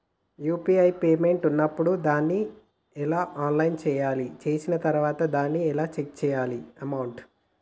UPI payment ఉన్నప్పుడు దాన్ని ఎలా ఆన్ చేయాలి? చేసిన తర్వాత దాన్ని ఎలా చెక్ చేయాలి అమౌంట్?